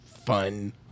Fun